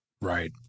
right